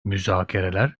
müzakereler